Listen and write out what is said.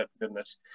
goodness